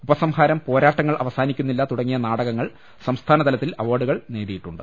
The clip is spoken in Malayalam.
ഉപസംഹാരം പോരാട്ടങ്ങൾ അവസാനിക്കുന്നില്ല തുടങ്ങിയ നാടകങ്ങൾ സംസ്ഥാനതലത്തിൽ അവാർഡുകൾ നേടിയിട്ടുണ്ട്